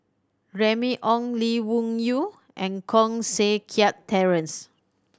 Remy Ong Lee Wung Yew and Koh Seng Kiat Terence